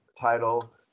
title